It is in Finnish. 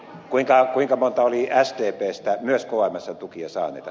kuinka monta oli myös sdpstä kmsn tukia saaneita